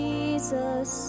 Jesus